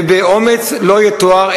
ובאומץ לא יתואר,